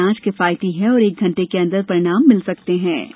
यह जांच किफायती है और एक घंटे के अंदर परिणाम मिल सकते हैं